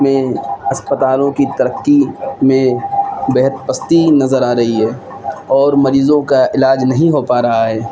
میں اسپتالوں کی ترقی میں بےحد پستی نظر آ رہی ہے اور مریضوں کا علاج نہیں ہو پا رہا ہے